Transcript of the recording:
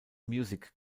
music